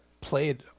played